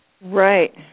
Right